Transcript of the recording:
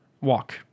walk